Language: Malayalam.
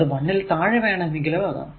അത് 1 ൽ താഴെ വേണമെങ്കിലും ആകാം